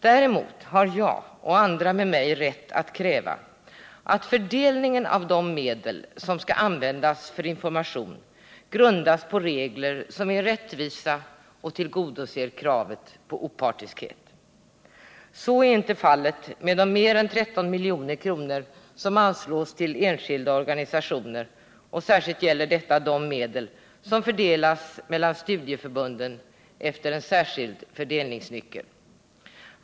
Däremot har jag och andra med mig rätt att kräva att fördelningen av de medel som skulle användas för information grundas på regler som är rättvisa och som tillgodoser kravet på opartiskhet. Så är inte fallet med de mer än 13 milj.kr. som anslås till enskilda organisationer, och särskilt gäller detta de medel som fördelas mellan studieförbunden efter en särskild fördelningsnyckel.